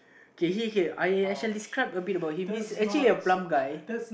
okay okay I shall describe a bit about him him his actually a plump guy